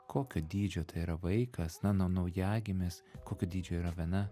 kokio dydžio tai yra vaikas na nu naujagimis kokio dydžio yra vena